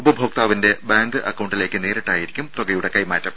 ഉപഭോക്താവിന്റെ ബാങ്ക് അക്കൌണ്ടിലേക്ക് നേരിട്ടായിരിക്കും തുക കൈമാറ്റം